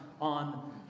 on